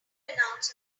announce